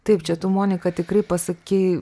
taip čia tų monika tikrai pasakei